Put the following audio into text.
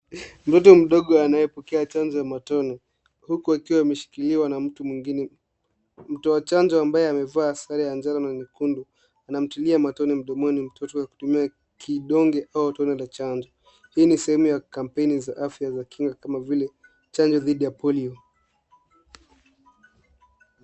Mtoto mdogo anayepokea chanjo ya matone, huku akiwa ameshikiliwa na mtu mwingine. Mtu wa chanjo ambaye amevaa sare ya njano na nyekundu, anamtilia matone mdomoni mtoto akitumia kidonge au tone la chanjo. Hii ni sehemu ya kampeni za afya za kinga kama vile chanjo dhidi ya Polio.